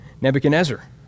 Nebuchadnezzar